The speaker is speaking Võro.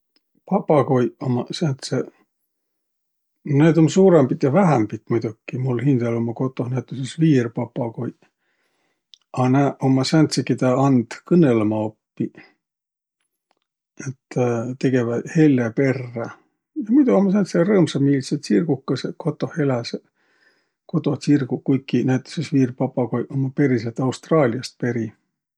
Papagoiq ummaq sääntseq, no noid um suurõmbit ja vähämbit muidoki, mul hindäl ummaq kotoh näütüses viirpapagoiq, a nä ummaq sääntseq, kedä and kõnõlõma oppiq. Et tegeväq helle perrä. Muido ummaq sääntseq rõõmsamiilseq tsirgukõsõq, kotoh eläseq, kodotsirguq. Kuiki näütüses viirpapagoiq ummaq periselt Austraaliast peri.